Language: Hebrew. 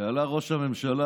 כשעלה ראש הממשלה,